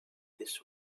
this